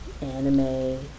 Anime